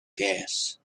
gas